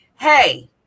hey